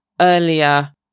earlier